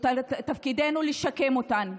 תפקידנו לשקם אותן,